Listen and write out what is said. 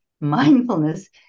Mindfulness